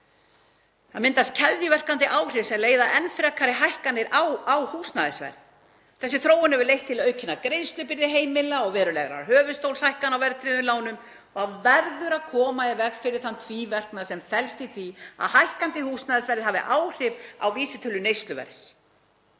Það myndast keðjuverkandi áhrif sem leiða til enn frekari hækkana á húsnæðisverði. Þessi þróun hefur leitt til aukinnar greiðslubyrði heimilanna og verulegra höfuðstólshækkana á verðtryggðum lánum. Það verður að koma í veg fyrir þann tvíverknað sem felst í því að hækkandi húsnæðisverð hafi áhrif á vísitölu neysluverðs,